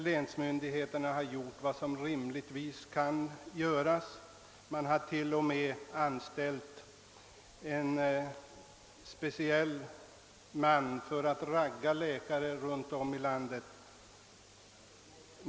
Länsmyndigheterna har t.o.m. anställt en speciell man för att »ragga upp» läkare runt om i landet.